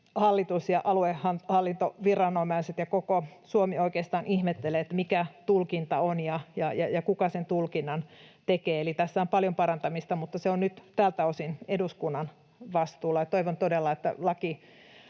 hallitus ja aluehallintoviranomaiset ja oikeastaan koko Suomi ihmettelevät, mikä tulkinta on ja kuka sen tulkinnan tekee. Eli tässä on paljon parantamista, mutta se on nyt tältä osin eduskunnan vastuulla. Toivon todella, että